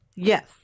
Yes